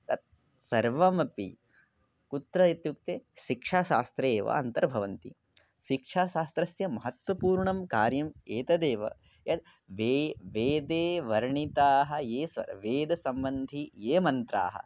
तत् सर्वमपि कुत्र इत्युक्ते शिक्षाशास्त्रे एव अन्तर्भवन्ति शिक्षाशास्त्रस्य महत्वपूर्णं कार्यम् एतदेव यत् वेदे वेदे वर्णिताः ये स्वर वेदसम्बन्धि ये मन्त्राः